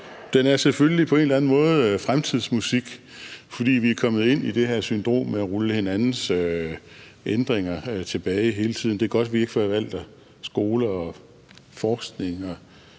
Den er selvfølgelig på en eller anden måde fremtidsmusik, fordi vi er kommet ind i det her syndrom med at rulle hinandens ændringer tilbage hele tiden. Det er godt, at vi ikke forvalter skole og forskning